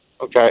Okay